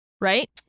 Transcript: right